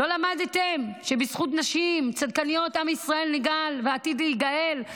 לא למדתם שבזכות נשים צדקניות עם ישראל נגאל ועתיד להיגאל?